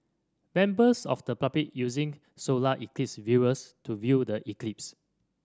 members of the public using solar eclipse viewers to view the eclipse